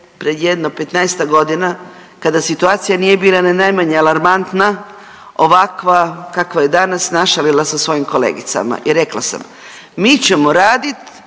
pred jedno 15-ak godina kada situacija nije bila ni najmanje alarmantna ovakva kakva je danas našalila sa svojim kolegicama. I rekla sam, mi ćemo radit